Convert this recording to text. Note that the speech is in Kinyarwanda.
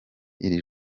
iri